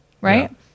Right